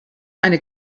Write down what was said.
eine